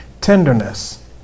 Tenderness